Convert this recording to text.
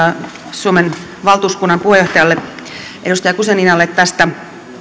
suomen valtuuskunnan puheenjohtajalle edustaja guzeninalle tästä